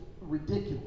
ridiculous